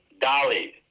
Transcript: Dolly